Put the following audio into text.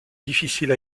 difficile